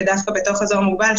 ודווקא בתוך אזור מוגבל,